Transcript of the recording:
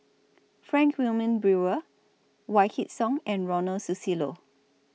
Frank Wilmin Brewer Wykidd Song and Ronald Susilo